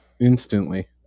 instantly